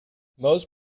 most